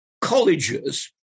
colleges